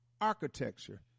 architecture